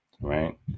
right